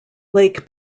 lake